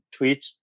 tweets